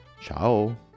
Ciao